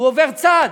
הוא עובר צד.